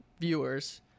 viewers